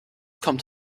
kommt